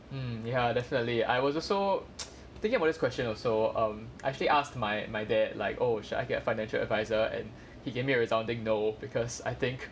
mm ya definitely I was also thinking about this question also um I actually asked my my dad like oh should I get a financial advisor and he gave me a resounding no because I think